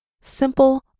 simple